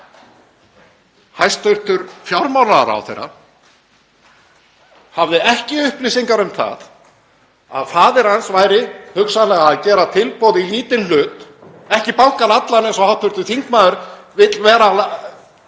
Hæstv. fjármálaráðherra hafði ekki upplýsingar um að faðir hans væri hugsanlega að gera tilboð í lítinn hlut, ekki bankann allan eins og hv. þingmaður vill telja